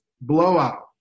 blowout